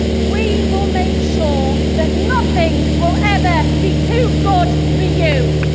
we will make sure that nothing will ever be too good for you.